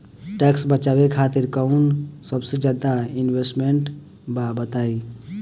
Tax बचावे खातिर कऊन सबसे अच्छा इन्वेस्टमेंट बा बताई?